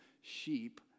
sheep